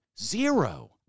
Zero